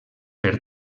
per